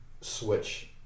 switch